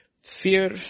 Fear